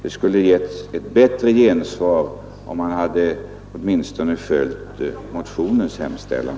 Man skulle få ett bättre gensvar om man åtminstone hade följt motionens hemställan.